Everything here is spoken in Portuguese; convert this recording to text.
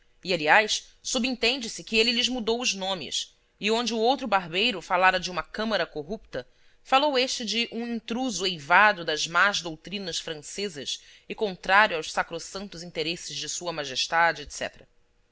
e aliás subentende se que ele lhes mudou os nomes e onde o outro barbeiro falara de uma câmara corrupta falou este de um intruso eivado das más doutrinas francesas e contrário aos sacrossantos interesses de sua majestade